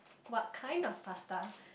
what kind of pasta